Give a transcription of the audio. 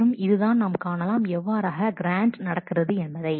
மற்றும் இதுதான் நாம் காணலாம் எவ்வாறாக கிராண்ட் நடக்கிறது என்பதை